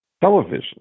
television